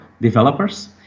developers